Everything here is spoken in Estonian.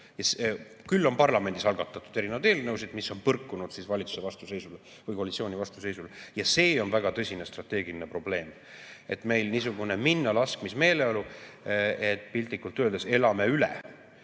Küll on parlamendis algatatud erinevaid eelnõusid, aga need on põrkunud valitsuse vastuseisule või koalitsiooni vastuseisule. Ja see on väga tõsine strateegiline probleem, et meil on niisugune minnalaskmismeeleolu, et piltlikult öeldes elame üle.